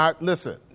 Listen